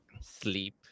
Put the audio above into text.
Sleep